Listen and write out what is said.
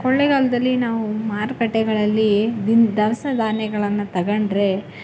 ಕೊಳ್ಳೆಗಾಲದಲ್ಲಿ ನಾವೂ ಮಾರುಕಟ್ಟೆಗಳಲ್ಲಿ ಬಿಂದಾಸಾಗಿ ಆನೆಗಳನ್ನು ತಗೊಂಡ್ರೆ